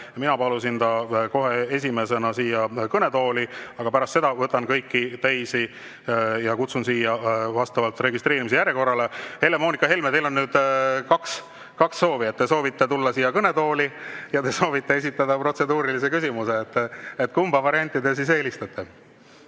Mina palusin ta kohe esimesena siia kõnetooli, aga pärast seda võtan kõik teised ja kutsun siia vastavalt registreerimise järjekorrale. Helle-Moonika Helme, teil on kaks soovi. Te soovite tulla siia kõnetooli ja te soovite esitada protseduurilise küsimuse. Kumba varianti te siis eelistate?